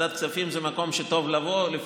ועדת הכספים זה מקום שטוב לבוא אליו,